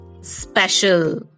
special